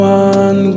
one